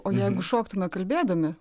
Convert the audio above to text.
o jeigu šoktume kalbėdami